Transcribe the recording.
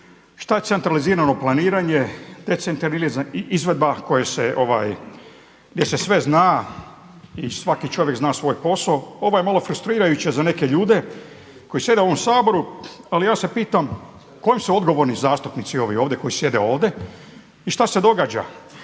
šta je centralizirano planirano, decetralizam i izvedba gdje se sve zna i svaki čovjek zna svoj posao, ovo je malo frustrirajuće za neke ljude koji sjede u ovom Saboru. Ali ja se pitam kome su odgovorni zastupnici ovi ovdje koji sjede ovdje i šta se događa?